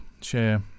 share